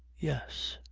yes.